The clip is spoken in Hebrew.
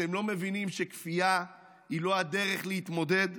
אתם לא מבינים שכפייה היא לא הדרך להתמודד?